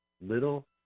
Little